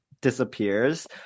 disappears